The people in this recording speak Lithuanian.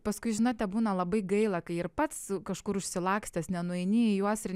paskui žinote būna labai gaila kai ir pats kažkur užsilakstęs nenueini į juos ir